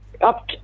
up